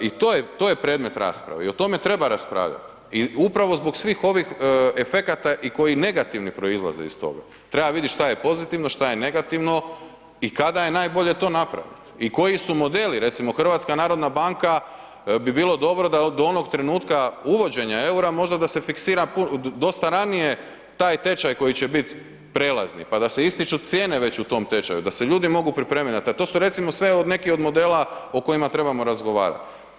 I to je predmet rasprave i o tome treba raspravljati i upravo zbog svih ovih efekata i koji negativni proizlazi iz toga, treba vidjet šta je pozitivno, šta je negativno i kada je najbolje to napraviti i koji su modeli, recimo HNB bi bilo dobro da od onog trenutka uvođenja eura, možda da se fiksira dosta ranije taj tečaj koji će biti prelazni pa da se ističu cijene već u tom tečaju, da se ljudi mogu pripremiti na to, to su recimo sve neki od modela o kojima trebamo razgovarati.